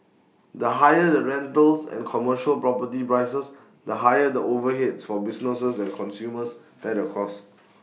the higher the rentals and commercial property prices the higher the overheads for businesses and consumers bear the costs